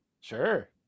Sure